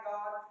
God